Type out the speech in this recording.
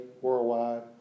worldwide